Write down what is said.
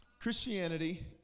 Christianity